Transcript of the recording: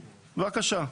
בבקשה,